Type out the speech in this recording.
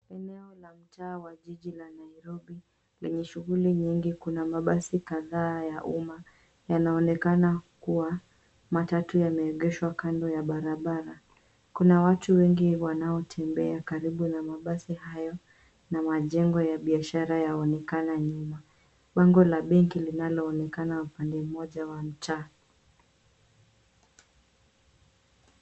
Eneo la mtaa wa jiji la Nairobi lenye shughuli nyingi. Kuna mabasi kadhaa ya umma yanaonekana kuwa matatu yameegeshwa kando ya barabara. Kuna watu wengi wanaotembea karibu na mabasi hayo na majengo ya biashara yaonekana nyuma. Bango la benki linaloonekana upande mmoja wa mtaa.